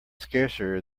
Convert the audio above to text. scarcer